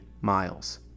miles